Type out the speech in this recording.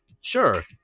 sure